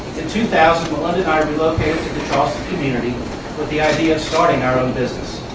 two thousand, melinda and i relocated to the charleston community with the idea of starting our own business.